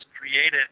created